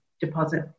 deposit